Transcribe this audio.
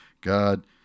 God